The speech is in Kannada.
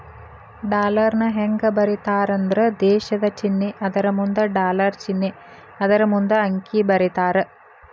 ಡಾಲರ್ನ ಹೆಂಗ ಬರೇತಾರಂದ್ರ ದೇಶದ್ ಚಿನ್ನೆ ಅದರಮುಂದ ಡಾಲರ್ ಚಿನ್ನೆ ಅದರಮುಂದ ಅಂಕಿ ಬರೇತಾರ